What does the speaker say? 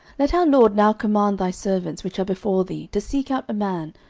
let our lord now command thy servants, which are before thee, to seek out a man,